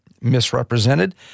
misrepresented